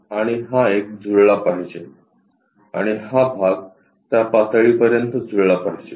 आणि हा एक जुळला पाहिजे आणि हा भाग त्या पातळीपर्यंत जुळला पाहिजे